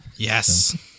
Yes